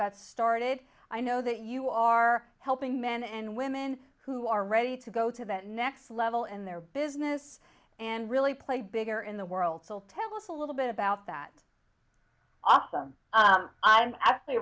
got started i know that you are helping men and women who are ready to go to that next level in their business and really play bigger in the world so tell us a little bit about that awesome i'm actually